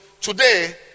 today